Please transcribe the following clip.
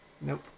Nope